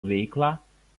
veiklą